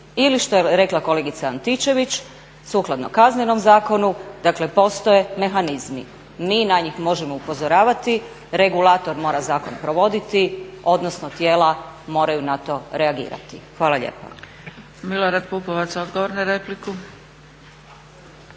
Ili što je rekla kolegica Antičević sukladno Kaznenom zakonu dakle postoje mehanizmi. Mi na njih možemo upozoravati, regulator mora zakon provoditi, odnosno tijela moraju na to reagirati. Hvala lijepa. **Zgrebec,